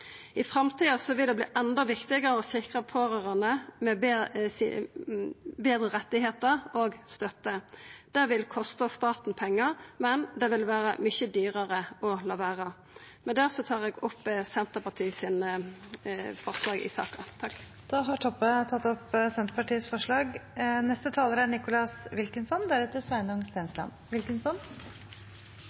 i veka. I framtida vil det verta enda viktigare å sikra pårørande betre rettar og støtte. Det vil kosta staten pengar, men det vil vera mykje dyrare å la vera. Med det tar eg opp forslaga Senterpartiet har saman med SV i saka. Representanten Kjersti Toppe har tatt opp